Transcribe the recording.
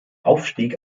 aufstieg